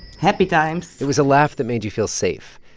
happy times it was a laugh that made you feel safe.